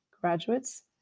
Graduates